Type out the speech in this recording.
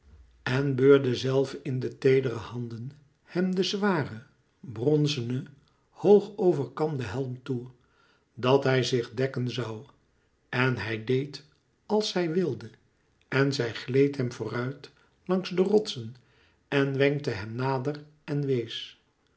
en beurde zelve in de teedere handen hem den zwaren bronzenen hoog overkamden helm toe dat hij zich dekken zoû en hij deed als zij wilde en zij gleed hem vooruit langs de rotsen en wenkte hem nader en wees